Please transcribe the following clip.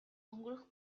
өнгөрөх